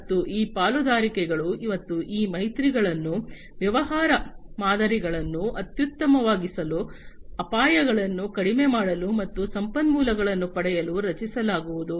ಮತ್ತು ಈ ಪಾಲುದಾರಿಕೆಗಳು ಮತ್ತು ಈ ಮೈತ್ರಿಗಳನ್ನು ವ್ಯವಹಾರ ಮಾದರಿಗಳನ್ನು ಅತ್ಯುತ್ತಮವಾಗಿಸಲು ಅಪಾಯಗಳನ್ನು ಕಡಿಮೆ ಮಾಡಲು ಮತ್ತು ಸಂಪನ್ಮೂಲಗಳನ್ನು ಪಡೆಯಲು ರಚಿಸಲಾಗುವುದು